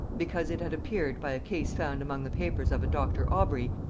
because it had appeared by a case found among the papers of a dr. aubrey,